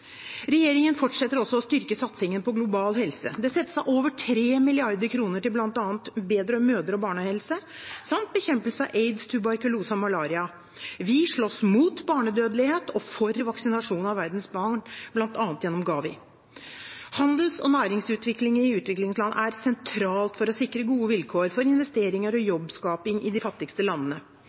Regjeringen fortsetter også å styrke satsningen på global helse. Det settes av over 3 mrd. kr til bl.a. bedret mødre- og barnehelse samt bekjempelse av aids, tuberkulose og malaria. Vi slåss mot barnedødelighet og for vaksinasjon av verdens barn, bl.a. gjennom GAVI. Handel og næringsutvikling i utviklingsland er sentralt for å sikre gode vilkår for investeringer og jobbskaping i de fattigste landene.